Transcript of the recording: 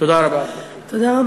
תודה רבה.